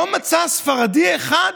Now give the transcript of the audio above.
לא מצאה ספרדי אחד,